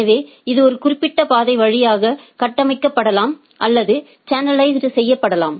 எனவே இது ஒரு குறிப்பிட்ட பாதை வழியாக கட்டமைக்கப்படலாம் அல்லது சேனலைஸ் செய்யப்படலாம்